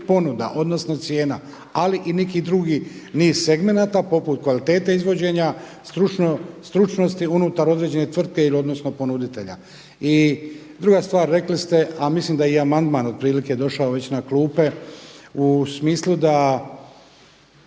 ponuda odnosno cijena, ali i neki drugi niz segmenata poput kvalitete izvođenja, stručnosti unutar određene tvrtke ili odnosno ponuditelja. Druga stvar, rekli ste, a mislim da je i amandman otprilike došao već na klupe, u smislu da